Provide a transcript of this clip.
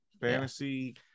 Fantasy